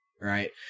right